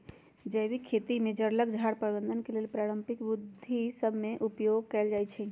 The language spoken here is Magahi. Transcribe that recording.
जैविक खेती में जङगल झार प्रबंधन के लेल पारंपरिक विद्ध सभ में उपयोग कएल जाइ छइ